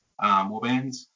warbands